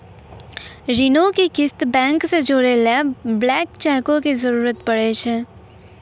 ऋणो के किस्त बैंको से जोड़ै लेली ब्लैंक चेको के जरूरत पड़ै छै